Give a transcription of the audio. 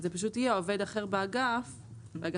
אז זה פשוט יהיה עובד אחר באגף הפיקוח,